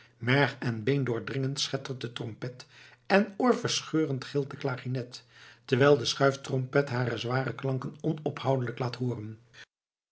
merg en been doordringend schettert de trompet en oorverscheurend gilt de klarinet terwijl de schuiftrompet haar zware klanken onophoudelijk laat hooren